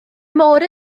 môr